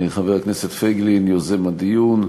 חבר הכנסת פייגלין, יוזם הדיון,